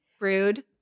Rude